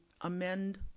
amend